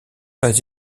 pas